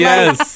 Yes